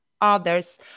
others